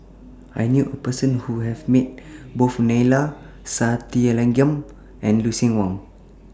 I knew A Person Who has Met Both Neila Sathyalingam and Lucien Wang